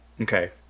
Okay